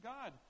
God